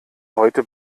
heute